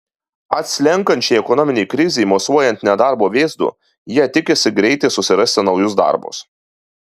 atslenkančiai ekonominei krizei mosuojant nedarbo vėzdu jie tikisi greitai susirasti naujus darbus